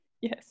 Yes